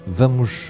vamos